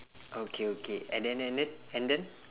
okay okay and then and then and then